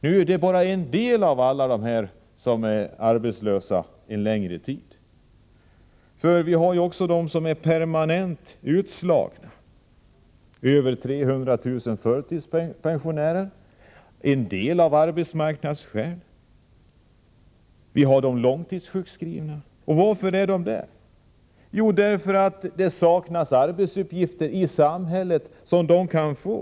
Det är bara en del av alla dessa som är arbetslösa en längre tid. Vi har ju också dem som är permanent utslagna — över 300 000 förtidspensionärer, en del av arbetsmarknadsskäl. Vi har de långtidssjukskrivna. Varför är de det? Jo, därför att det saknas arbetsuppgifter i samhället som de kan få.